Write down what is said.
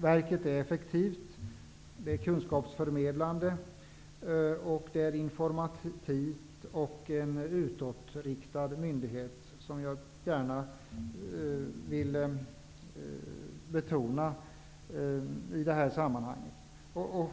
Verket är effektivt, kunskapsförmedlande, informativt och utåtriktat, vilket jag gärna vill betona i detta sammanhang.